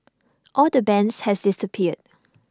all the bands has disappeared